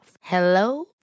Hello